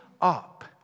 up